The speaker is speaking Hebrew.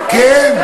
כן.